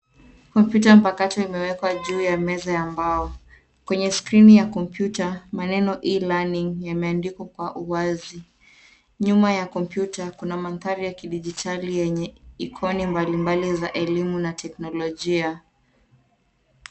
Kompyuta mpakato imewekwa juu ya meza ya mbao, kwenye skirini ya kompyuta maneno E-LEARNING yameandikwa kwa uwazi. Nyuma ya kompyuta kuna mandhari ya kidijitali yenye ikoni mbalimbali ya elimu na teknolojia.